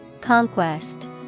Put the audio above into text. Conquest